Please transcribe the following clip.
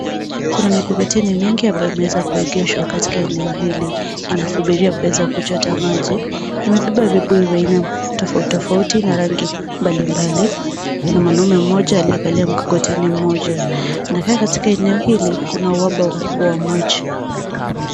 Kuna mikokoteni mingi ambayo imeweza kuegeshwa katika eneo hili , inasubiria kuweza kuchota maji , imebeba vibuyu vya aina tofauti tofauti na rangi mbalimbali . Kuna mwanaume mmoja aliyekalia mkokoteni mmoja . Na pia katika eneo hili kuna uhaba mkubwa wa maji .